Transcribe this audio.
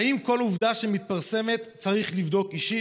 האם כל עובדה שמתפרסמת צריך לבדוק אישית?